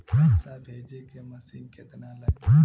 पैसा भेजे में कमिशन केतना लागि?